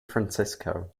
francisco